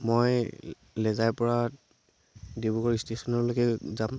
মই লেজাইৰ পৰা ডিব্ৰুগড় ইষ্টেচনলৈকে যাম